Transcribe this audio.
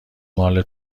مال